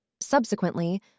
Subsequently